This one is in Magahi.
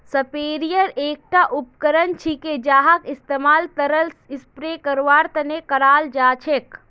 स्प्रेयर एकता उपकरण छिके जहार इस्तमाल तरल स्प्रे करवार तने कराल जा छेक